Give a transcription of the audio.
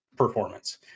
performance